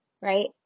right